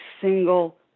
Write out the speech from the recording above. single